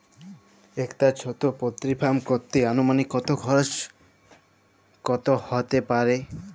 একটা ছোটো poultry farm করতে আনুমানিক কত খরচ কত হতে পারে?